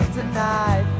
tonight